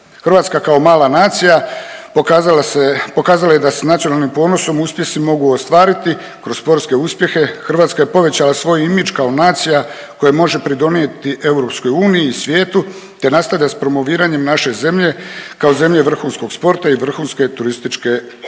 Hrvatska kao mala nacija pokazala se, pokazala je da s nacionalnim ponosom uspjesi mogu ostvariti. Kroz sportske uspjehe Hrvatska je povećala svoj imidž kao nacija koja može pridonijeti EU i svijetu, te nastavlja s promoviranjem naše zemlje kao zemlje vrhunskog sporta i vrhunske turističke ponude.